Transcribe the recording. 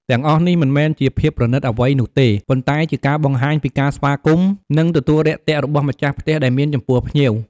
ទាំងអស់នេះមិនមែនជាភាពប្រណិតអ្វីនោះទេ ប៉ុន្តែជាការបង្ហាញពីការស្វាគមន៍និងទទួលរាក់ទាក់របស់ម្ចាស់ផ្ទះដែលមានចំពោះភ្ញៀវ។